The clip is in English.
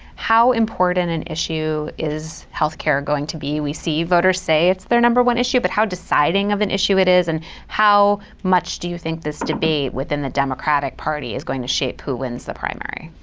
how important an issue is health care going to be? we see voters say it's their number one issue. but how deciding of an issue it is? and how much do you think this debate within the democratic party is going to shape who wins the primary?